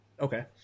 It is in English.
Okay